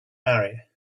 marry